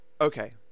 okay